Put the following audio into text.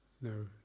no